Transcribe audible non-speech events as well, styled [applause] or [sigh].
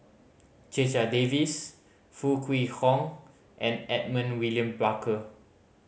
Checha Davies Foo Kwee Horng and Edmund William [unintelligible]